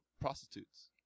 prostitutes